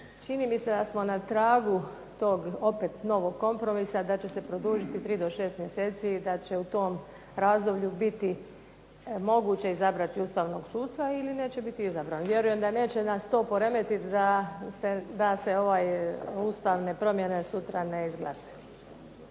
čini mi se da smo na tragu tog opet novog kompromisa da će se produljiti 3 do 6 mjeseci i da će u tom razdoblju biti moguće izabrati ustavnog suca ili neće biti izabran. Vjerujem da neće nas to poremetiti da se ustavne promjene sutra ne izglasuju.